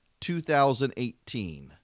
2018